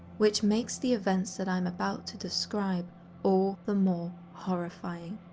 which makes the events that i am about to describe all the more horrifying.